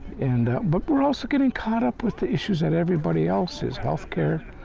and but we're also getting caught up with the issues that everybody else is, health care.